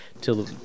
till